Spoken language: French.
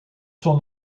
son